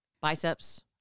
Biceps